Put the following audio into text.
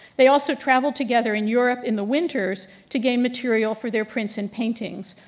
they also traveled together in europe in the winters to gain material for their prints and paintings.